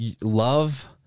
love